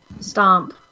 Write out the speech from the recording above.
Stomp